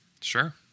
Sure